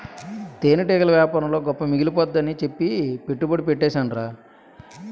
తేనెటీగల యేపారంలో గొప్ప మిగిలిపోద్దని సెప్పి పెట్టుబడి యెట్టీసేనురా